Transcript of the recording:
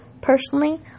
personally